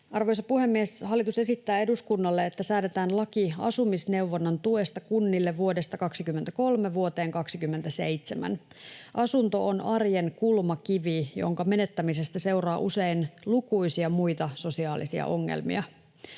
Arvoisa puhemies! Hallitus esittää eduskunnalle, että säädetään laki asumisneuvonnan tuesta kunnille vuodesta 23 vuoteen 27. Asunto on arjen kulmakivi, jonka menettämisestä seuraa usein lukuisia muita sosiaalisia ongelmia.